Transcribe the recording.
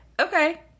okay